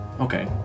Okay